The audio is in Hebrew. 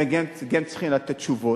והם כן צריכים לתת תשובות.